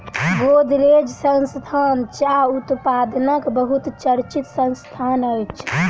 गोदरेज संस्थान चाह उत्पादनक बहुत चर्चित संस्थान अछि